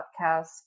podcast